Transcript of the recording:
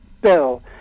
bill